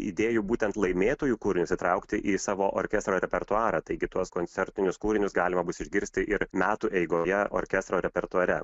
idėjų būtent laimėtojų kūrinius įtraukti į savo orkestro repertuarą taigi tuos koncertinius kūrinius galima bus išgirsti ir metų eigoje orkestro repertuare